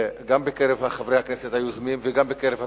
גם בקרב חברי הכנסת היוזמים וגם בקרב התושבים,